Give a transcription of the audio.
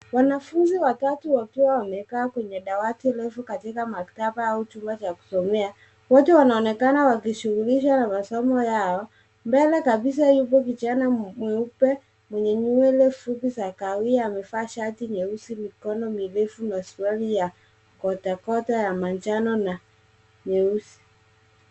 Wanafunzi watatu wakiwa wamekaa kwenye dawati refu katika maktaba au chumba cha kusomea. Wote wanaonekana wakijishughulisha na masomo yao. Mbele kabisa yuko kijana mweupe mwenye nywele fupi ya kahawia amevaa shati nyeusi mikono mirefu na suruali ya kotakota manjano na nyeusi.